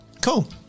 Cool